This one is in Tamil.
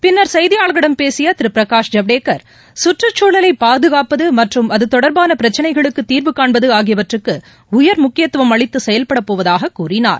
பின்னர் செய்தியாளர்களிடம் பேசிய திரு பிரகாஷ் ஜவ்டேகர் கற்றுச்சூழலைப் பாதுகாப்பது மற்றும் அது தொடர்பாள பிரச்சனைகளுக்கு தீர்வுகாண்பது ஆகியவற்றுக்கு உயர் முக்கியத்துவம் அளித்து செயல்படப் போவதாகக் கூறினார்